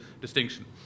distinction